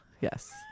Yes